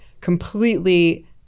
completely